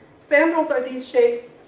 spandrels are these shapes,